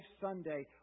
Sunday